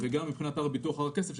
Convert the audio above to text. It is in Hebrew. וגם מבחינת הר הביטוח והר הכסף,